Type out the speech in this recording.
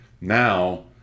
Now